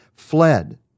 fled